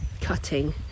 cutting